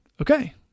Okay